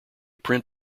print